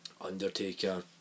Undertaker